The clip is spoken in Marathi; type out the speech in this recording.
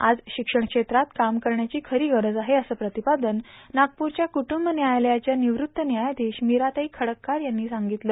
आज शिक्षण क्षेत्रात काम करण्याची खरी गरज आहे असं प्रतिपादन नागपूरच्या कुटूंब न्यायालयाच्या निवृत्त व्यायाधीश मीराताई खड्डकार यांनी केलं